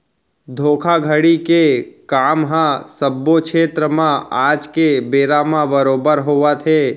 धोखाघड़ी के काम ह सब्बो छेत्र म आज के बेरा म बरोबर होवत हे